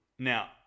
Now